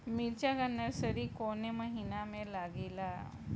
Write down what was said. मिरचा का नर्सरी कौने महीना में लागिला?